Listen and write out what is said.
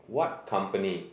what company